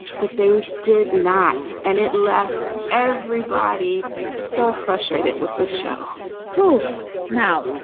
but they did not. and it left everybody so frustrated with the show who now?